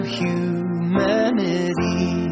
humanity